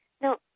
No